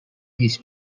his